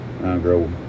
Girl